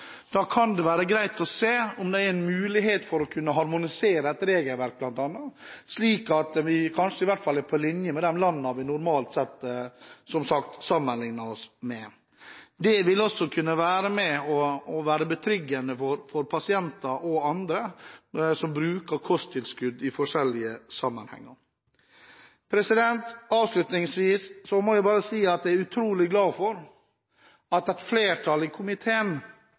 Da kan det være greit å se på muligheten for å kunne harmonisere et regelverk, slik at vi i hvert fall kanskje er på linje med de landene vi normalt sammenligner oss med. Det ville også bidra til å være betryggende både for pasienter og andre som bruker kosttilskudd i forskjellige sammenhenger. Avslutningsvis må jeg si at jeg er utrolig glad for at et flertall i komiteen